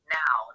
now